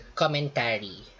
commentary